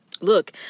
Look